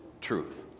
truth